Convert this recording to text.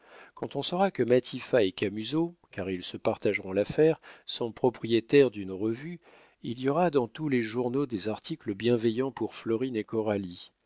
quand on saura que matifat et camusot car ils se partageront l'affaire sont propriétaires d'une revue il y aura dans tous les journaux des articles bienveillants pour florine et coralie